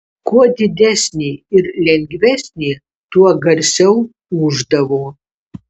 kuo didesnė ir lengvesnė tuo garsiau ūždavo